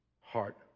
heart